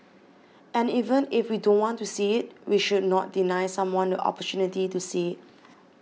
and even if we don't want to see it we should not deny someone the opportunity to see it